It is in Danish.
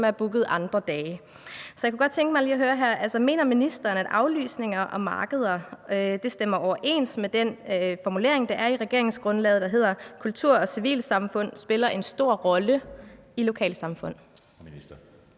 som er booket andre dage. Så jeg kunne godt tænke mig lige at høre her: Mener ministeren, at aflysninger af markeder stemmer overens med den formulering, der er i regeringsgrundlaget, der hedder, at »Kultur og civilsamfund spiller en stor rolle i lokalsamfund